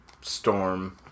storm